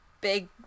Big